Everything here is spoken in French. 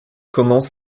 commence